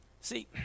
See